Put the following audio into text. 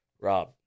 Rob